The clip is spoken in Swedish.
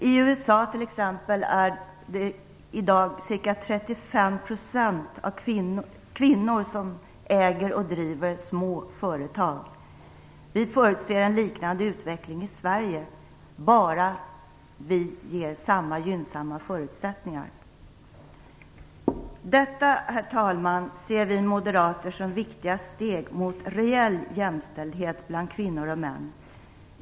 I t.ex. USA är det i dag ca 35 % kvinnor som äger och driver små företag. Vi förutser en liknande utveckling i Sverige bara samma gynnsamma förutsättningar ges. Herr talman! Detta ser vi moderater som viktiga steg mot reell jämställdhet bland kvinnor och män.